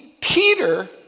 Peter